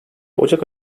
ocak